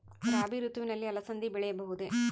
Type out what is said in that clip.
ರಾಭಿ ಋತುವಿನಲ್ಲಿ ಅಲಸಂದಿ ಬೆಳೆಯಬಹುದೆ?